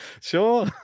Sure